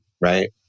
right